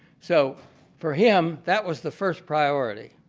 so for him that was the first priority.